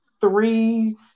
three